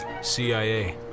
CIA